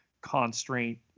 constraint